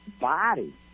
body